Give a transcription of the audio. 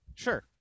Sure